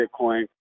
Bitcoin